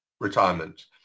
retirement